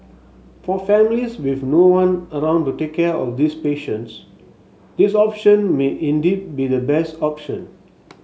for families with no one around to take care of these patients this option may indeed be the best option